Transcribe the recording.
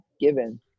given